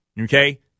okay